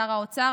שרי האוצר,